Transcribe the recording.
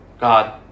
God